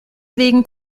wegen